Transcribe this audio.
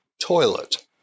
toilet